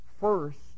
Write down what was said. first